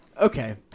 Okay